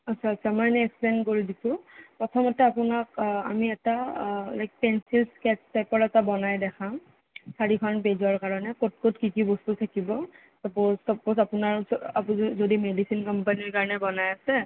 আচ্ছা আচ্ছা মই ইনেই এক্সপ্লেইন কৰি দিছোঁ প্ৰথমতে আপোনাক আমি এটা লাইক পেঞ্চিল স্কেট্ছ টাইপৰ এটা বনাই দেখাম চাৰিখন পেইজৰ কাৰণে ক'ত ক'ত কি কি বস্তু থাকিব চাপ'জ চাপ'জ আপোনাৰ আপুনি যদি মেডিছিন কোম্পানীৰ কাৰণে আপুনি বনাই আছে